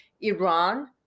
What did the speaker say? Iran